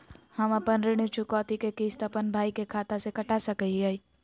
हम अपन ऋण चुकौती के किस्त, अपन भाई के खाता से कटा सकई हियई?